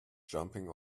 jumping